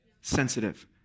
Sensitive